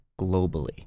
globally